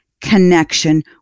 connection